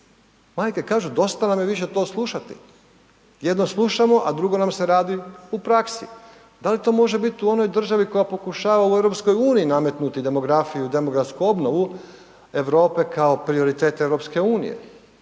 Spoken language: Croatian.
Majke kažu dosta nam je više to slušati. Jedno slušamo a drugo nam se radi u praksi, da li to može bit u onoj državi koja pokušava u EU-u nametnuti demografiju i demografsku obnovu Europe kao prioritet EU-a?